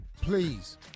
please